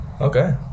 Okay